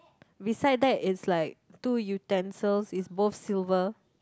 beside that is like two utensils is both silver